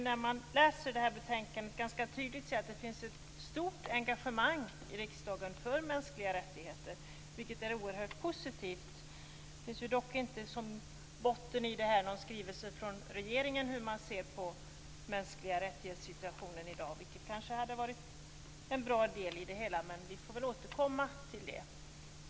När man läser betänkandet kan man tydligt se att det finns ett stort engagemang i riksdagen för mänskliga rättigheter, vilket är oerhört positivt. Men det ligger inte som grund någon skrivelse från regeringen om hur man ser på situationen för mänskliga rättigheter i dag. Det hade kanske varit bra, men vi får återkomma till det.